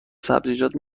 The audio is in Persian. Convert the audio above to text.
سبزیجات